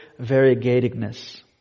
variegatedness